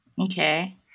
Okay